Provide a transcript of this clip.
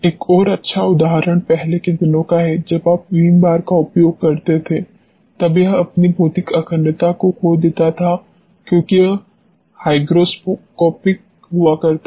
एक और अच्छा उदाहरण पहले के दिनों का है जब आप विम बार का उपयोग करते थे तब यह अपनी भौतिक अखंडता को खो देता था क्योंकि यह हाइग्रोस्कोपिक हुआ करता था